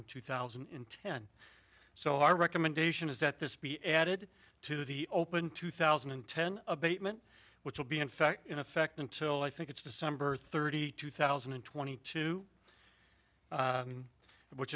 in two thousand and ten so our recommendation is that this be added to the open two thousand and ten abatement which will be in fact in effect until i think it's december thirty two thousand and twenty two which